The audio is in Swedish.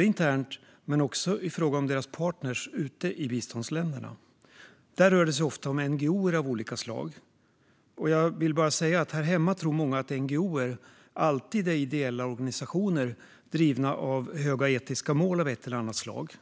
internt men också i fråga om deras partner ute i biståndsländerna. Där rör det sig ofta om NGO:er av olika slag. Jag vill bara säga att här hemma tror många att NGO:er alltid är ideella organisationer drivna av höga etiska mål av ett eller annat slag.